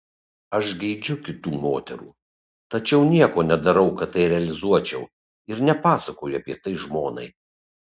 aš geidžiu kitų moterų tačiau nieko nedarau kad tai realizuočiau ir nepasakoju apie tai žmonai